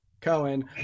cohen